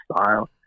style